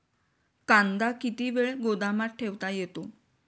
कांदा किती वेळ गोदामात ठेवता येतो?